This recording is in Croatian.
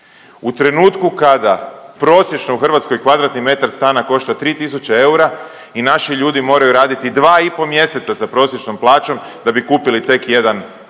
u trenutku kada prosječno u Hrvatskoj kvadratni metar stana košta tri tisuće eura i naši ljudi moraju raditi dva i po mjeseca sa prosječnom plaćom da bi kupili tek jedan